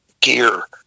gear